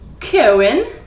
Cohen